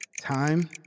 Time